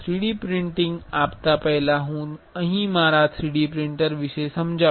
3D printing આપતા પહેલા હું અહીં મારા 3D પ્રિંટર વિશે સમજાવીશ